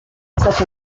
such